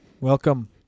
Welcome